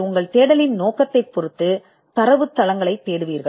உங்கள் தேடலின் நோக்கத்தைப் பொறுத்து தரவுத்தளங்களைத் தேடுவீர்கள்